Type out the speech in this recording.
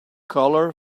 colour